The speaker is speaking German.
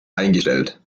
eingestellt